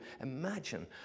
imagine